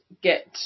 get